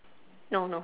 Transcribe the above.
no no